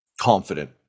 confident